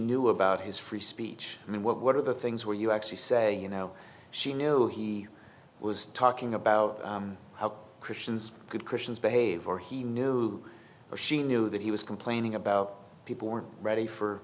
knew about his free speech i mean what are the things where you actually say you know she knew he was talking about how christians good christians behave or he knew or she knew that he was complaining about people weren't ready for